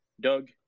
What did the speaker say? Doug